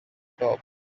top